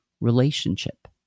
relationship